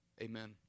Amen